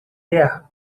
guerra